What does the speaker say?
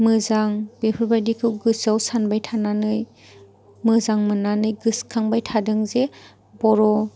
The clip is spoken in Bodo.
मोजां बेफोरबायदिखौ गोसोआव सानबाय थानानै मोजां मोननानै गोसोखांबाय थादों जे बर'